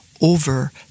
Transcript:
over